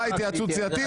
היושב-ראש,